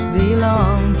belong